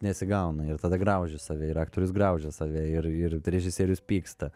nesigauna ir tada grauži save ir aktorius graužia save ir ir režisierius pyksta